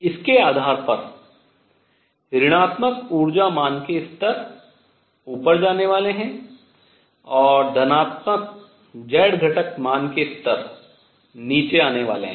इसके आधार पर ऋणात्मक ऊर्जा मान के स्तर ऊपर जाने वाले हैं और धनात्मक z घटक मान के स्तर नीचे आने वाले हैं